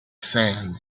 sand